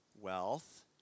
wealth